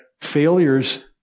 failures